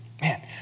Man